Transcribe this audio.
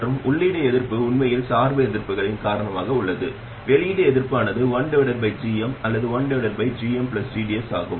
மற்றும் உள்ளீட்டு எதிர்ப்பு உண்மையில் சார்பு எதிர்ப்புகளின் காரணமாக உள்ளது வெளியீட்டு எதிர்ப்பானது 1gm அல்லது 1gmgds ஆகும்